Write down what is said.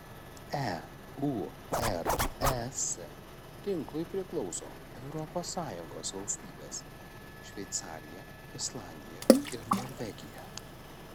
eures tinklui priklauso europos sąjungos valstybės šveicarija islandija ir norvegija